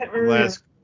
last